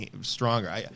stronger